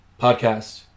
podcast